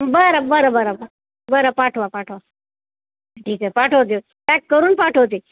बरं बरं बरं ब बरं पाठवा पाठवा ठीक आहे पाठवते पॅक करून पाठवते